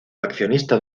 accionista